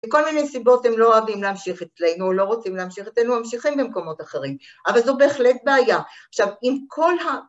מכל מיני סיבות הם לא אוהבים להמשיך אצלנו, או לא רוצים להמשיך אצלנו, ממשיכים במקומות אחרים. אבל זו בהחלט בעיה. עכשיו, עם כל ה...